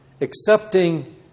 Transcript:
Accepting